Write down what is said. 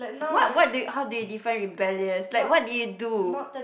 what what do you how do you define rebellious like what did you do